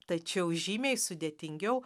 tačiau žymiai sudėtingiau